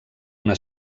una